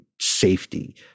safety